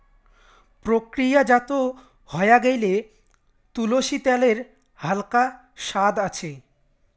প্রক্রিয়াজাত হয়া গেইলে, তুলসী ত্যালের হালকা সাদ আছে